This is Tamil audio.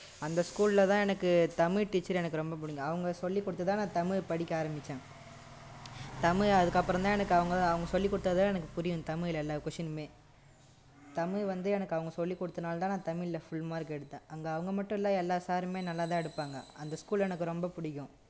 அந்த ஸ்கூல் தான் எனக்கு தமிழ் டீச்சர் எனக்கு ரொம்ப பிடிக்கும் அவங்க சொல்லி கொடுத்து தான் நான் தமிழ் படிக்க ஆரம்பிச்சேன் தமிழ் அதுக்கப்புறம் தான் எனக்கு அவங்க அவங்க சொல்லிக் கொடுத்தால் தான் எனக்கு புரியும் தமிழ் எல்லாம் கொஷ்டினுமே தமிழ் வந்து எனக்கு அவங்க சொல்லிக் கொடுத்தனால் தான் நான் தமிழில் ஃபுல் மார்க் எடுத்தேன் அங்கே அவங்க மட்டும் இல்லை எல்லா சாரும் நல்லா தான் எடுப்பாங்கள் அந்த ஸ்கூல் எனக்கு ரொம்ப பிடிக்கும்